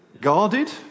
Guarded